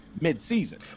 mid-season